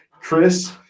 Chris